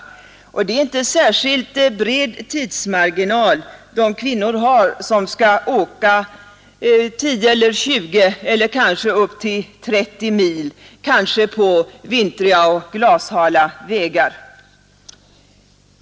Det är alltså inte särskilt bred tidsmarginal de kvinnor har som skall åka 10 eller 20 eller upp till 30 mil, kanske på vintriga och glashala vägar.